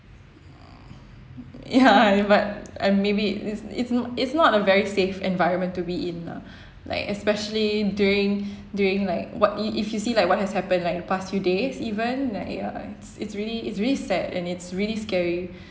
ya but I'm maybe it's it's not it's not a very safe environment to be in lah like especially during during like what if if you see like what has happened like the past few days even like ya it's really it's really sad and it's really scary